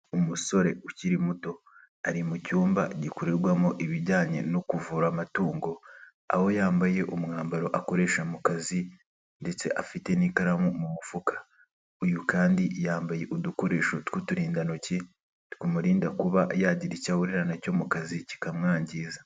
Umusore ukiri muto ari mu cyumba gikorerwamo ibijyanye no kuvura amatungo aho yambaye umwambaro akoresha mu kazi ndetse afite n'ikaramu mu mufuka, uyu kandi yambaye udukoresho tw'uturindantoki tumurinda kuba yagiri icyo a ahurira nacyo mu kazi kikamwangiza.